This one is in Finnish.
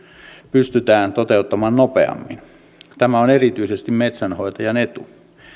pystytään toteuttamaan nopeammin tämä on erityisesti metsänhoitajan etu